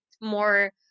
more